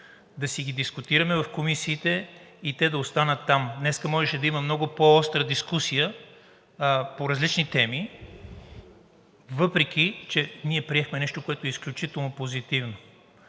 да ги дискутираме в комисиите и те да останат там. Днес можеше да има много по-остра дискусия по различни теми, въпреки че ние приехме нещо, което е изключително позитивно.